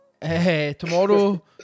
Tomorrow